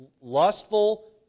lustful